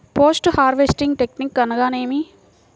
Post harvesting technique అనగా నేమి?